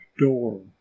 door